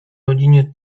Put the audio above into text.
rodzinie